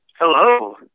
Hello